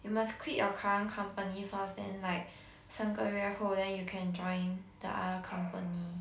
you must quit your current company first then like 三个月后 then you can join the other company